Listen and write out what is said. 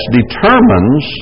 determines